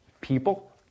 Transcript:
people